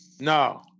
No